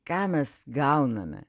ką mes gauname